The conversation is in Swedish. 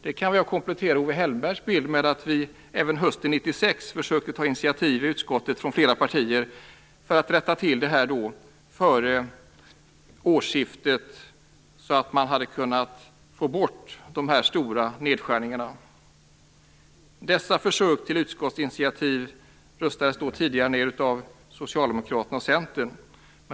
Jag kan komplettera Owe Hellbergs bild med att flera partier i utskottet även hösten 1996 försökte ta initiativ för att rätta till situationen före årsskiftet och på så sätt ta bort de stora nedskärningarna. Dessa försök till utskottsinitiativ röstades ned av Socialdemokraterna och Centern.